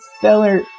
Feller